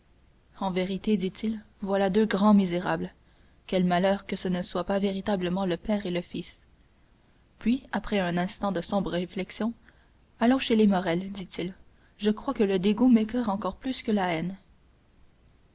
en vérité dit-il voilà deux grands misérables quel malheur que ce ne soit pas véritablement le père et le fils puis après un instant de sombre réflexion allons chez les morrel dit-il je crois que le dégoût m'écoeure encore plus que la haine